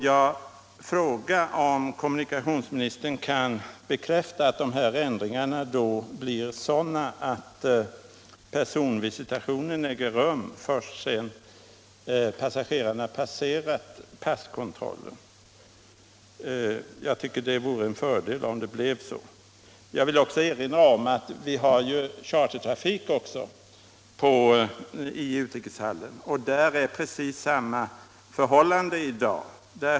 Kan kommunikationsministern bekräfta att ändringarna blir sådana att personvisitationen äger rum först sedan passagerarna har passerat passkontrollen? Det vore en fördel om så kunde bli fallet. Jag vill också erinra om att även chartertrafik förekommer i utrikeshallen. Där råder i dag precis samma förhållande.